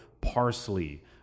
parsley